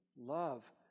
love